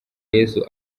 yesu